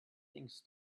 things